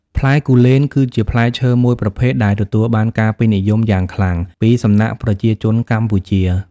ផ្លែគូលែន គឺជាផ្លែឈើមួយប្រភេទដែលទទួលបានការពេញនិយមយ៉ាងខ្លាំងពីសំណាក់ប្រជាជនកម្ពុជា។